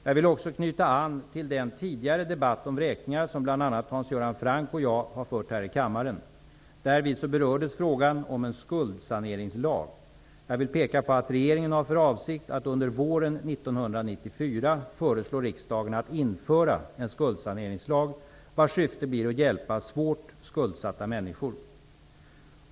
Jag vill också knyta an till den tidigare debatt om vräkningar, som bl.a. Hans Göran Franck och jag har fört här i kammaren. Därvid berördes frågan om en skuldsaneringslag. Jag vill peka på att regeringen har för avsikt att under våren 1994 föreslå riksdagen att det införs en skuldsaneringslag, vars syfte blir att hjälpa svårt skuldsatta människor. Fru talman!